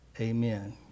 amen